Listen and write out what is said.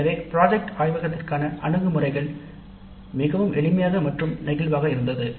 எனவே "திட்ட ஆய்விற்கான அணுகுமுறைகள் மிகவும் எளிமையாக இருந்தது